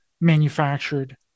manufactured